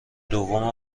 دوم